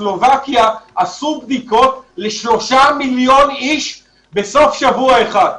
סלובקיה עשו בדיקות לשלושה מיליון איש בסוף שבוע אחד.